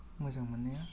मोजां मोननाया